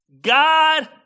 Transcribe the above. God